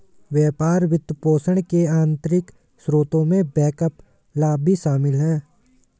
व्यापार वित्तपोषण के आंतरिक स्रोतों में बैकअप लाभ भी शामिल हैं